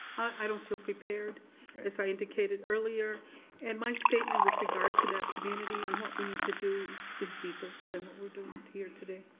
i don't feel prepared as i indicated earlier and my statement with regard to that community and what we need to do is deeper than what we're doing here today.